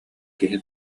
киһи